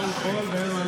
מסכם.